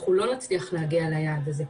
אנחנו לא נצליח להגיע ליעד הזה.